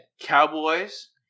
cowboys